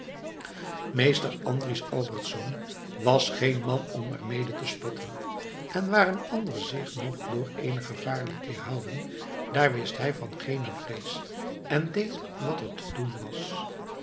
meester andries albertsz was geen man om er mede te spotten en waar een ander zich nog door eenig gevaar liet weerhouden daar wist hij van geene vrees en hij deed wat er te doen was